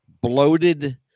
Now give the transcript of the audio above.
bloated